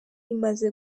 imaze